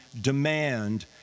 demand